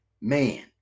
man